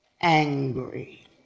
angry